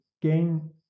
gain